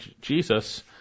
Jesus